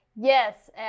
yes